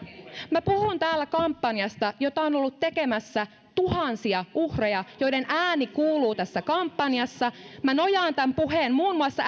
minä puhun täällä kampanjasta jota on ollut tekemässä tuhansia uhreja joiden ääni kuuluu tässä kampanjassa minä nojaan tämän puheen muun muassa